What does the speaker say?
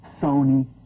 Sony